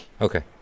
Okay